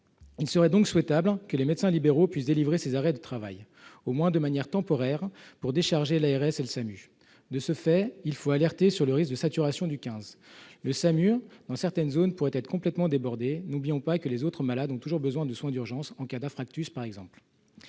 Il serait donc souhaitable que les médecins libéraux puissent délivrer ces arrêts de travail, au moins de manière temporaire, pour décharger l'ARS et le SAMU. De ce fait, il faut alerter sur le risque de saturation du 15. Le SAMU, dans certaines zones, pourrait être complètement débordé, et n'oublions pas que les autres malades ont toujours besoin de soins d'urgence, en cas d'infarctus par exemple